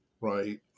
right